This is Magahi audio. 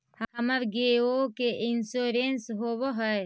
हमर गेयो के इंश्योरेंस होव है?